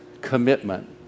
commitment